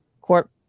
court